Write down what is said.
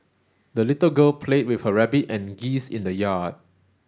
the little girl played with her rabbit and geese in the yard